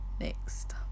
next